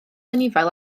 anifail